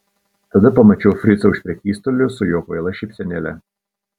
tada pamačiau fricą už prekystalio su jo kvaila šypsenėle